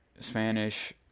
Spanish